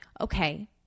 Okay